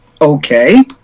Okay